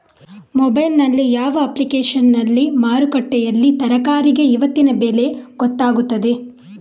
Mobile ನಲ್ಲಿ ಯಾವ ಅಪ್ಲಿಕೇಶನ್ನಲ್ಲಿ ಮಾರುಕಟ್ಟೆಯಲ್ಲಿ ತರಕಾರಿಗೆ ಇವತ್ತಿನ ಬೆಲೆ ಗೊತ್ತಾಗುತ್ತದೆ?